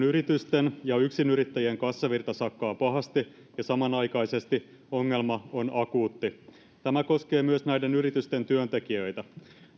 yritysten ja yksinyrittäjien kassavirta sakkaa pahasti ja samanaikaisesti ongelma on akuutti tämä koskee myös näiden yritysten työntekijöitä